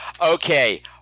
Okay